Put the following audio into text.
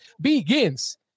begins